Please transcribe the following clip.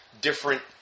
different